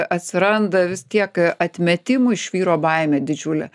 atsiranda vis tiek atmetimų iš vyrų baimė didžiulė